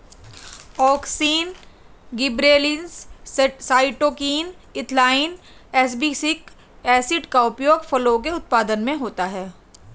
auxin, gibberellins, cytokinin, ethylene, abscisic acid का उपयोग फलों के उत्पादन में होता है